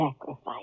sacrifice